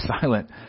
silent